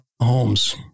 Holmes